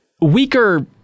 weaker